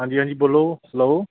ਹਾਂਜੀ ਹਾਂਜੀ ਬੋਲੋ ਹੈਲੋ